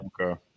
okay